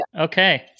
Okay